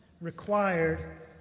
required